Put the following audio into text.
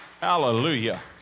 hallelujah